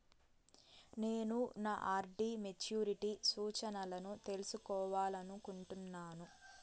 నేను నా RD maturity సూచనలను తెలుసుకోవాలనుకుంటున్నాను